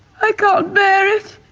i can't bear it.